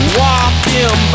walking